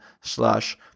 slash